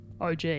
OG